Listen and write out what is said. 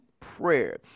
prayer